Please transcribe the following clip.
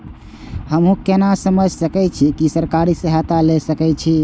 हमू केना समझ सके छी की सरकारी सहायता ले सके छी?